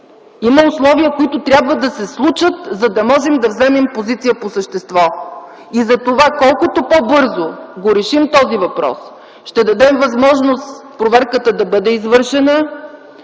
Има условия, които трябва да се случат, за да можем да вземем позиция по същество. Колкото по-бързо решим този въпрос, ще дадем възможност проверката да бъде извършена,